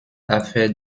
affaire